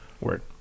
Word